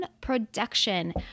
production